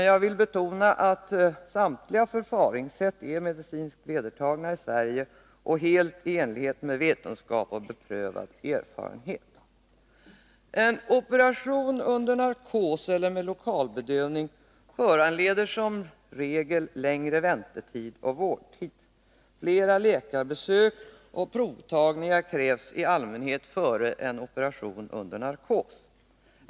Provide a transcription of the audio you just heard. Jag vill betona att samtliga förfaringssätt är medicinskt vedertagna i Sverige och helt i enlighet med vetenskap och beprövad erfarenhet. En operation under narkos eller med lokalbedövning föranleder som regel längre väntetid och vårdtid. Flera läkarbesök och provtagningar krävs i allmänhet före en operation under narkos.